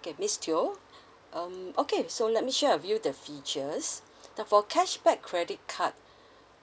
okay miss teo um okay so let me share with you the features the for cashback credit card